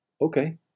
Okay